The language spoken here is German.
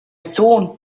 sohn